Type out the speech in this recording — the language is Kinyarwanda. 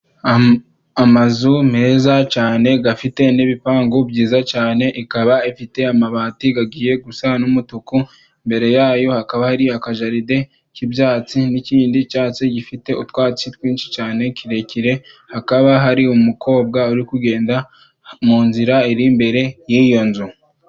Amazu meza cyane, afite n'ibipangu byiza cyane, ikaba ifite amabati agiye gusa n'umutuku. Imbere yayo hakaba, hari akajaride k'ibyatsi, n'ikindi cyatsi gifite utwatsi twinshi cyane kirekire. Hakaba hari umukobwa uri kugenda mu nzira iri imbere y'iyo nzu.